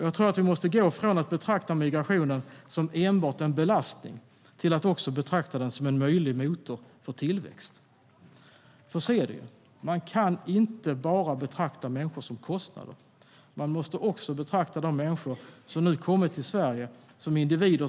Jag tror att vi måste gå från att betrakta migrationen som enbart en belastning till att också betrakta den som en möjlig motor för tillväxt. Så är det ju. Man kan inte bara betrakta människor som kostnader. Man måste också betrakta de människor som nu kommit till Sverige som individer.